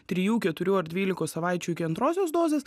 trijų keturių ar dvylikos savaičių iki antrosios dozės